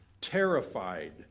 terrified